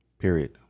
Period